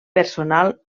personal